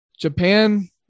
Japan